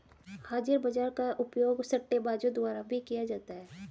हाजिर बाजार का उपयोग सट्टेबाजों द्वारा भी किया जाता है